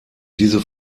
diese